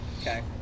Okay